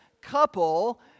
couple